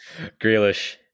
Grealish